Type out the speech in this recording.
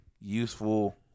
useful